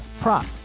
prop